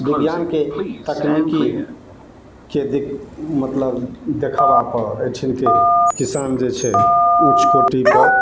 बिज्ञानके तकनिकी के मतलब देखबापर एहिठामके किसान जे छै उच्च कोटिपर